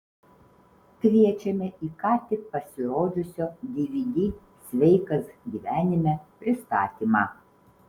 kviečiame į ką tik pasirodžiusio dvd sveikas gyvenime pristatymą